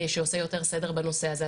שעושה יותר סדר בנושא הזה.